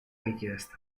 richiesta